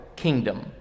kingdom